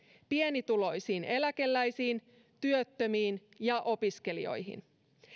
pienituloisiin eläkeläisiin työttömiin ja opiskelijoihin